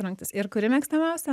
rungtys ir kuri mėgstamiausia